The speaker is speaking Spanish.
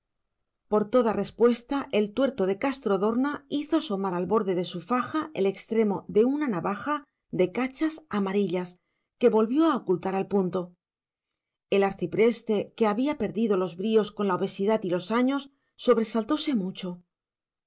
por toda respuesta el tuerto de castrodorna hizo asomar al borde de su faja el extremo de una navaja de cachas amarillas que volvió a ocultar al punto el arcipreste que había perdido los bríos con la obesidad y los años sobresaltóse mucho